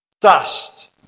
Dust